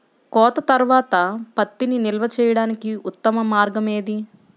కోత తర్వాత పత్తిని నిల్వ చేయడానికి ఉత్తమ మార్గం ఏది?